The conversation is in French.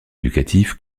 éducatif